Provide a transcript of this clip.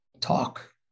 talk